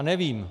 Nevím.